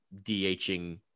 DHing